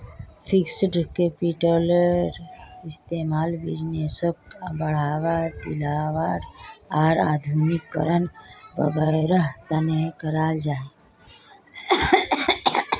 fixed कैपिटलेर इस्तेमाल बिज़नेसोक बढ़ावा, फैलावार आर आधुनिकीकरण वागैरहर तने कराल जाहा